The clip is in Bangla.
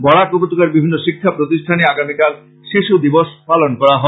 বরাক উপত্যকার বিভিন্ন শিক্ষা প্রতিষ্ঠানে আগামীকাল শিশু দিবস পালন করা হবে